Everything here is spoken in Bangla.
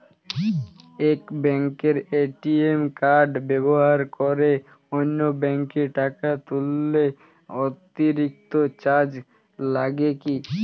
এক ব্যাঙ্কের এ.টি.এম কার্ড ব্যবহার করে অন্য ব্যঙ্কে টাকা তুললে অতিরিক্ত চার্জ লাগে কি?